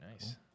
Nice